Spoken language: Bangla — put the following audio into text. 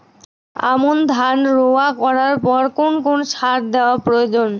আমন ধান রোয়া করার পর কোন কোন সার দেওয়া প্রয়োজন?